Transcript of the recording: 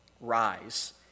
rise